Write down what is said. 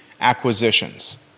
acquisitions